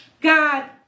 God